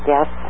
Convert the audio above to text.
Yes